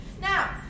Now